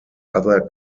other